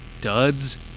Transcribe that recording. duds